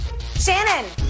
Shannon